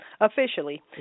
officially